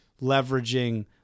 leveraging